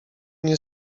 nie